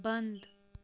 بَنٛد